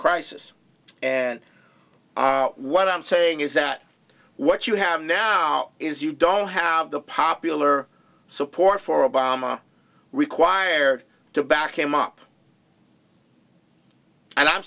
crisis and what i'm saying is that what you have now is you don't have the popular support for obama required to back him up and i'm